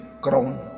crown